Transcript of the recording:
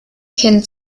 kind